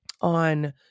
on